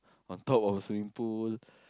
on top of swimming pool